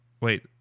wait